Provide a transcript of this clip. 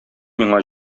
миңа